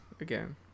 again